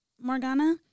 Morgana